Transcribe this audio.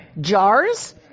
jars